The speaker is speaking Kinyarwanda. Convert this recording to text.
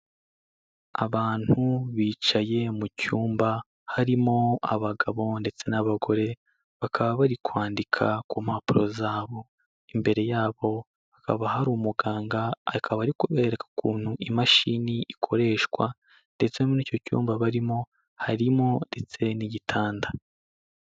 Abantu bicaye mu cyumba, harimo abagabo ndetse n'abagore, bakaba bari kwandika ku mpapuro zabo, imbere yabo hakaba hari umuganga, akaba ari kubereka ukuntu imashini ikoreshwa ndetse muri icyo cyumba barimo harimo ndetse n'igitanda.